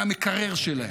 מהמקרר שלהם,